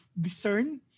discern